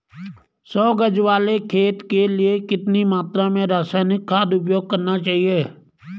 सौ गज वाले खेत के लिए कितनी मात्रा में रासायनिक खाद उपयोग करना चाहिए?